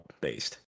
based